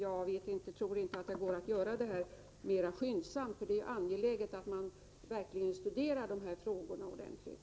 Jag tror inte att det går att utreda dessa frågor mera skyndsamt, för det är angeläget att man verkligen studerar frågorna ordentligt.